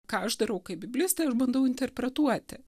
ką aš darau kaip biblistė aš bandau interpretuoti